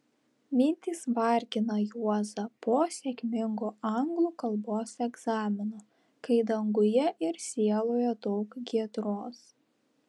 mintys vargina juozą po sėkmingo anglų kalbos egzamino kai danguje ir sieloje daug giedros